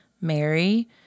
Mary